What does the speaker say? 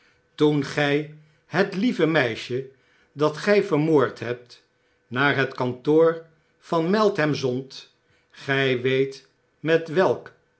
toen gy het lieve meisje dat gy vermoord hebt naar het kantoor van meltham zondt gy weet met wellkunstig